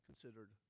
considered